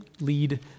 lead